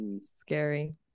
Scary